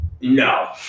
no